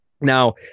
Now